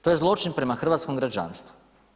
To je zločin prema hrvatskom građanstvu.